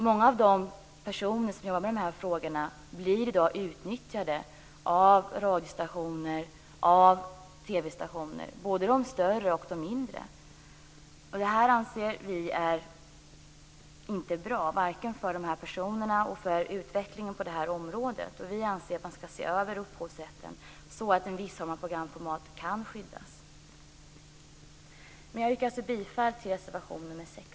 Många av de personer som jobbar med de här frågorna blir i dag utnyttjade av radio och TV-stationer, både större och mindre. Det här tycker vi inte är bra, varken för de här personerna eller för utvecklingen på området. Vi anser att man skall se över upphovsrätten så att en viss form av programformat kan skyddas. Jag yrkar alltså bifall till reservation nr 6.